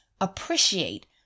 appreciate